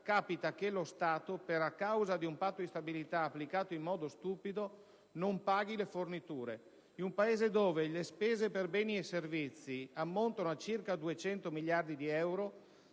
capita che lo Stato, a causa di un Patto di stabilità applicato in modo stupido, non paghi le forniture. In un Paese dove le spese per beni e servizi ammontano a circa 200 miliardi di euro,